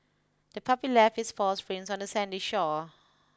the puppy left its paw prints on the sandy shore